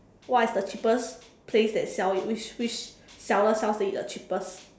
what is the cheapest place that sell it which which seller sells it the cheapest